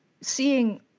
seeing